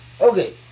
Okay